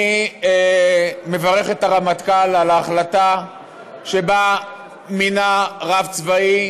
אני מברך את הרמטכ"ל על ההחלטה שבה מינה רב צבאי,